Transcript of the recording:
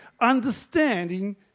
understanding